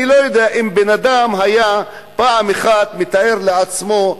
אני לא יודע אם בן-אדם היה פעם אחת מתאר לעצמו,